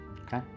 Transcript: Okay